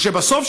ובסוף,